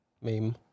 Meme